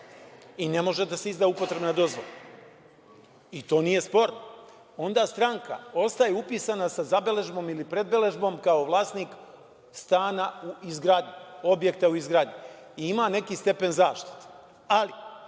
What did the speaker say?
i ne može da se izda upotrebna dozvola? I to nije sporno. Onda stranka ostaje upisana sa zabeležbom ili predbeležbom kao vlasnik stana u izgradnji, objekta u izgradnji i ima neki stepen zaštite. Ali,